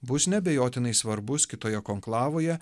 bus neabejotinai svarbus kitoje konklavoje